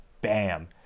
bam